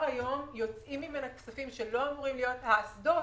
כבר היום יוצאים ממנה כספים שלא אמורים להיות האסדות.